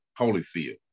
Holyfield